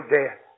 death